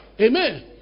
Amen